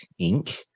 Inc